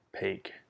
peak